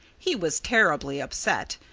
he was terribly upset.